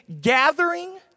gathering